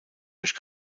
durch